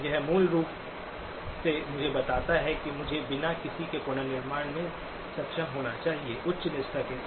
यह मूल रूप से मुझे बताता है कि मुझे बिना किसी के पुनर्निर्माण में सक्षम होना चाहिए उच्च निष्ठा के साथ